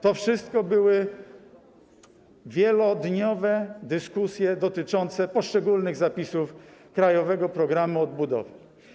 To wszystko były wielodniowe dyskusje dotyczące poszczególnych zapisów Krajowego Planu Odbudowy.